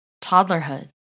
toddlerhood